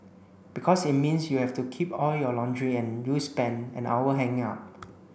because it means you have to keep all your laundry and you spent an hour hanging up